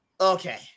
okay